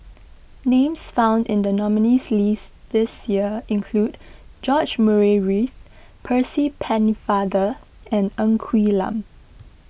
names found in the nominees' list this year include George Murray Reith Percy Pennefather and Ng Quee Lam